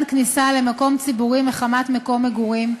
כניסה למקום ציבורי מחמת מקום מגורים,